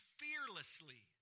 fearlessly